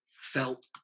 felt